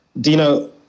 Dino